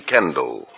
Kendall